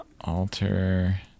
Alter